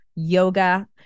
yoga